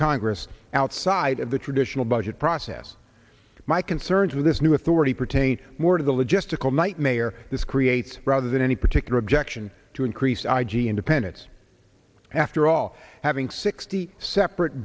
congress outside of the traditional budget process my concerns with this new authority pertain more to the logistical nightmare this creates rather than any particular objection to increased i g independence after all having sixty separate